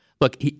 look –